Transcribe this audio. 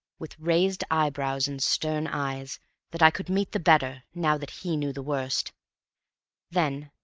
with raised eyebrows and stern eyes that i could meet the better now that he knew the worst then,